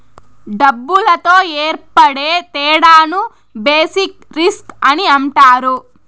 డబ్బులతో ఏర్పడే తేడాను బేసిక్ రిస్క్ అని అంటారు